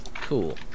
Cool